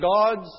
God's